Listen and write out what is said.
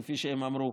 כפי שהם אמרו,